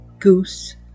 Goose